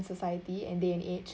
society and day and age